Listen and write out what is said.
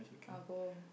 I'll go